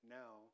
now